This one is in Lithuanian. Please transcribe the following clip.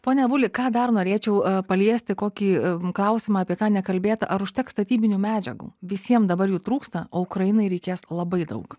pone avuli ką dar norėčiau paliesti kokį klausimą apie ką nekalbėta ar užteks statybinių medžiagų visiem dabar jų trūksta o ukrainai reikės labai daug